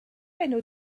enw